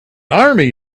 army